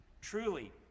truly